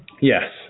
Yes